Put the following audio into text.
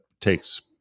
takes